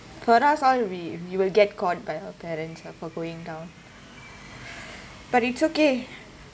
we we will get caught by our parents for going down but it's okay